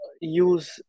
use